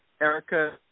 Erica